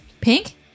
Pink